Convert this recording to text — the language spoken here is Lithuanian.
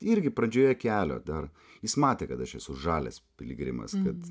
irgi pradžioje kelio dar jis matė kad aš esu žalias piligrimas kad